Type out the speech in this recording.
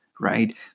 right